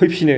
फैफिनो